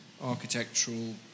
architectural